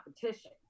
competition